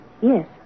Yes